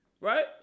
right